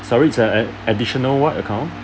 sorry it's a add additional what account